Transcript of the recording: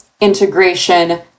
integration